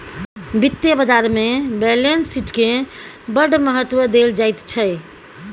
वित्तीय बाजारमे बैलेंस शीटकेँ बड़ महत्व देल जाइत छै